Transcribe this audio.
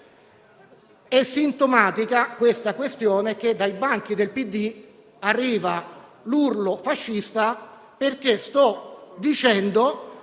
è sintomatica la questione che dai banchi del PD arrivi l'urlo «fascista», perché sto dicendo